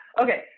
okay